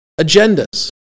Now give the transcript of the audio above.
agendas